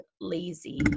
lazy